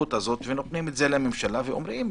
הסמכות הזאת ונותנים את זה לממשלה ואומרים,